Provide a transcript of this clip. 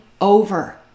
over